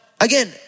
again